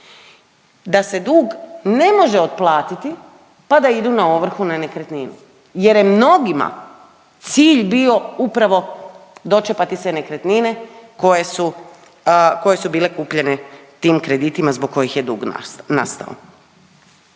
da se dug ne može otplatiti, pa da idu na ovrhu na nekretninu jer je mnogima cilj bio upravo dočepati se nekretnine koje su, koje su bile kupljene tim kreditima zbog kojih je dug nastao.